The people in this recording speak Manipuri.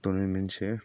ꯇꯣꯔꯅꯥꯃꯦꯟꯁꯦ